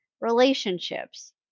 relationships